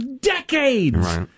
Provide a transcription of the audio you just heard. decades